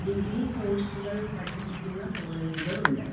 degree കോഴ്സുകൾ പഠിപ്പിക്കുന്ന കോളേജുകൾ ഉണ്ട്